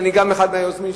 וגם אני אחד מהיוזמים,